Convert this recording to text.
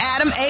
Adam